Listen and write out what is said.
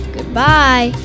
Goodbye